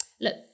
look